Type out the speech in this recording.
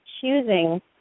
choosing